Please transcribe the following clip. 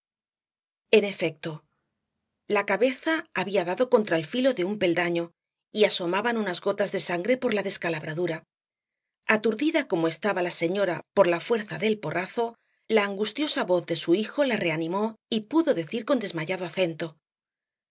en efecto la cabeza había dado contra el filo de un peldaño y asomaban unas gotas de sangre por la descalabradura aturdida como estaba la señora por la fuerza del porrazo la angustiosa voz de su hijo la reanimó y pudo decir con desmayado acento